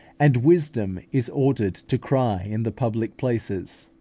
and wisdom is ordered to cry in the public places,